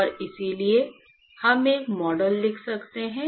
और इसलिए हम एक मॉडल लिख सकते हैं